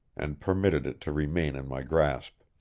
and permitted it to remain in my grasp.